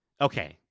okay